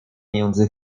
między